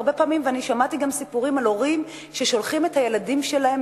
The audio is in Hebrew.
הרבה פעמים שמעתי גם סיפורים על הורים ששולחים את הילדים שלהם,